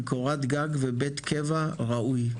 עם קורת גג ובית קבע ראוי,